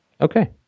Okay